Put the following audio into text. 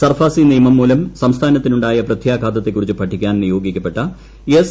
SARFAESI നിയമം മൂലം സംസ്ഥാനത്തിനുണ്ടായ പ്രത്യഘാതത്തെക്കുറിച്ചു പഠിക്കാൻ നിയോഗ്ിക്കപ്പെട്ട എസ്